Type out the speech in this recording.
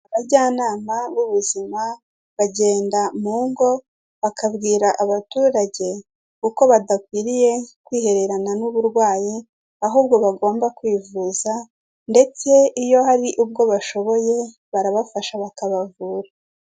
Abajyanama b'ubuzima bagenda mu ngo bakabwira abaturage uko badakwiriye kwihererana n'uburwayi ahubwo bagomba kwivuza ndetse iyo hari ubwo bashoboye barabafasha bakabavura.